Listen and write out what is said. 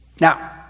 Now